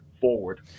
forward